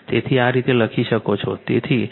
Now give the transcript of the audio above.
તેથી આ રીતે લખી શકો છો